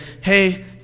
hey